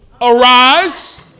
Arise